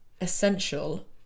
essential